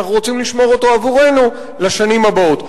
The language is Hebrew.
כי אנחנו רוצים לשמור את זה עבורנו לשנים הבאות.